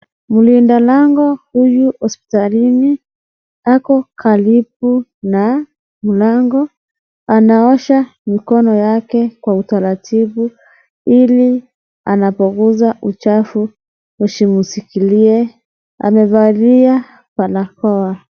Mlinda lango huyu hospitalini, Ako karibu na mlango anaosha mikono yake kwa utaratibu ili anapoguza uchafu usimushikilie, amevalia barakoa.